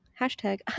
Hashtag